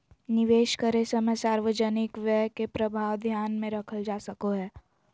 निवेश करे समय सार्वजनिक व्यय के प्रभाव ध्यान में रखल जा सको हइ